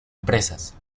empresas